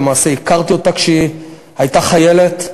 למעשה הכרתי אותה כשהיא הייתה חיילת,